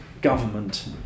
government